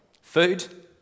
Food